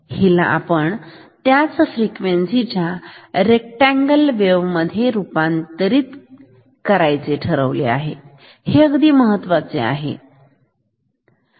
हिला आपण त्याच फ्रिक्वेन्सी च्या रेक्टअँगल वेव्ह मध्ये रूपांतरित करायचे ते महत्त्वाचे आहे